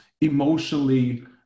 emotionally